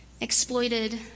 exploited